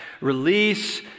Release